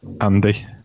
Andy